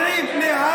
יודעים.